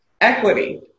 equity